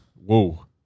Whoa